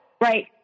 Right